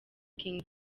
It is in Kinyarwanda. king